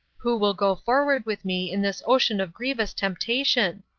who will go forward with me in this ocean of grievous temptation?